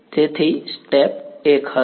તેથી સ્ટેપ 1 હશે